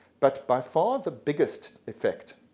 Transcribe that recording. but by far the biggest effect